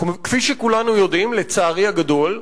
כפי שכולנו יודעים, ישראל לא חתומה, לצערי הגדול,